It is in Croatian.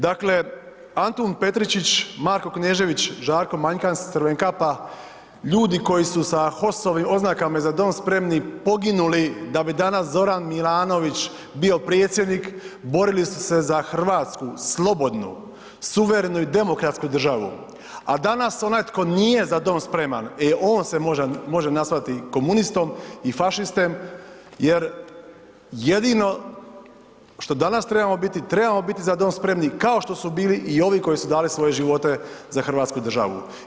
Dakle, Antun Petričić, Marko Knežević, Žarko Manjkas-Crvenkapa, ljudi koji su sa HOS-ovim oznakama i "Za dom spremni" poginuli da bi danas Zoran Milanović bio predsjednik, borili su se za Hrvatsku, slobodnu, suverenu i demokratsku državu, a danas onaj tko nije za dom spreman, e on se može nazvati komunistom i fašistom jer jedino što danas trebamo biti, trebamo biti za dom spremni, kao što su bili i ovi koji su dali svoje živote za hrvatsku državu.